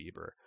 Bieber